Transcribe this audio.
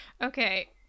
okay